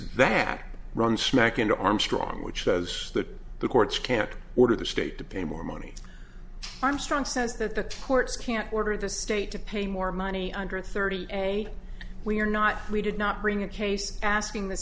that runs smack into armstrong which says that the courts can't order the state to pay more money armstrong says that the courts can't order the state to pay more money under thirty a we are not we did not bring a case asking th